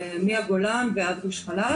מהגולן ועד גוש חלב,